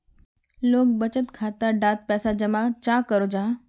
लोग बचत खाता डात पैसा जमा चाँ करो जाहा?